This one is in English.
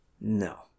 No